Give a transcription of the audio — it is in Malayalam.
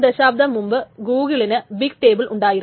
ഒരു ദശാബ്ദം മുൻപ് ഗൂഗിളിന് ബിഗ് ടേബിൾ ഉണ്ടായിരുന്നു